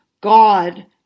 God